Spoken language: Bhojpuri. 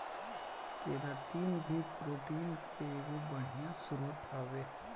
केराटिन भी प्रोटीन के एगो बढ़िया स्रोत हवे